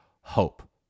hope